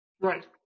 Right